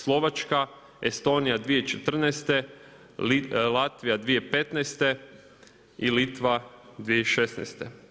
Slovačka, Estonija 2014., Latvija 2015. i Litva 2016.